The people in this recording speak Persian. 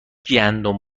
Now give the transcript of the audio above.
گندم